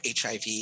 HIV